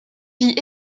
vie